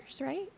right